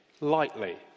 lightly